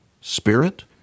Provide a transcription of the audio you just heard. Spirit